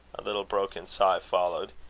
a little broken sigh followed.